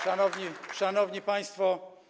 Szanowni Państwo!